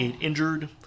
injured